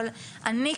אבל אני,